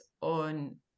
on